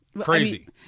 Crazy